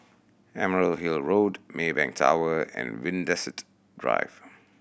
Emerald Hill Road Maybank Tower and Drive